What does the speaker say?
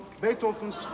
Beethoven's